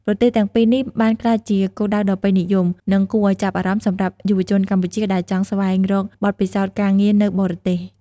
ប្រទេសទាំងពីរនេះបានក្លាយជាគោលដៅដ៏ពេញនិយម និងគួរឱ្យចាប់អារម្មណ៍សម្រាប់យុវជនកម្ពុជាដែលចង់ស្វែងរកបទពិសោធន៍ការងារនៅបរទេស ។